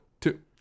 two